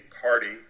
party